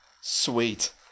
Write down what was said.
Sweet